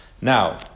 Now